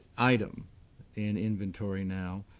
item in inventory now